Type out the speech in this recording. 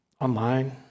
online